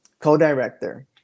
co-director